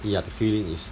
ya feeling is